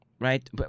right